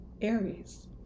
Aries